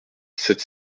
sept